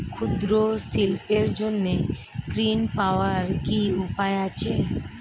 ক্ষুদ্র শিল্পের জন্য ঋণ পাওয়ার কি উপায় আছে?